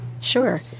Sure